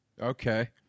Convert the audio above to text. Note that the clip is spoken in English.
Okay